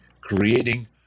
creating